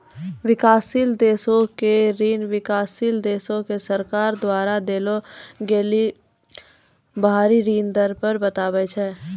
विकासशील देशो के ऋण विकासशील देशो के सरकार द्वारा देलो गेलो बाहरी ऋण के बताबै छै